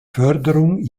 förderung